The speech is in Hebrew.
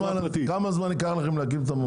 כמה זמן ייקח לכם להקים?